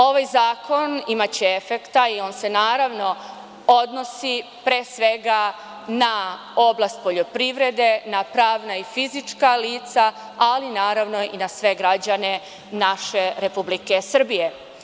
Ovaj zakon imaće efekta i on se naravno odnosi, pre svega, na oblast poljoprivrede, na pravna i fizička lica, ali naravno i na sve građane naše Republike Srbije.